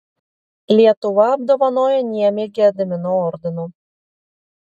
lietuva apdovanojo niemį gedimino ordinu